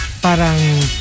parang